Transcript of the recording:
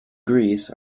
greece